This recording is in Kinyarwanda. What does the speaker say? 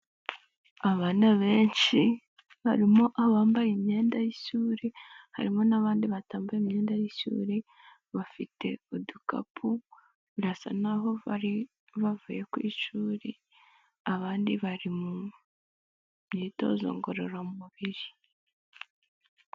Abana benshi harimo abambaye imyenda y'ishuri, harimo n'abandi batambaye imyenda y'ishuri, bafite udukapu birasa n'aho bari bavuye ku ishuri, abandi bari mu myitozo ngororamubiri.